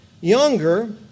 younger